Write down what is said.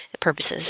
purposes